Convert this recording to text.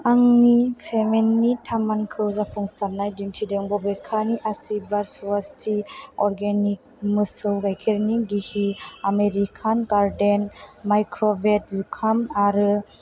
आंनि पेमेन्टनि थामानखौ जाफुंसारनाय दिन्थिदों बबेखानि आशिर्वाद स्वस्ति अरगेनिक मोसौ गायखेरनि गिहि आमेरिकान गार्डेन माइक्रवेब जुखाम